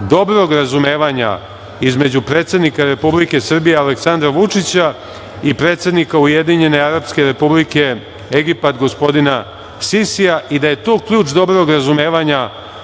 dobrog razumevanja između predsednika Republike Srbije Aleksandra Vučića i predsednika Ujedinjene Arapske Republike Egipat gospodina Sisija i da je tu ključ dobrog razumevanja